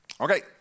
Okay